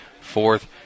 fourth